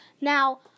Now